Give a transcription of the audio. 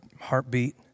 heartbeat